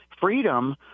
freedom